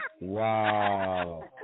Wow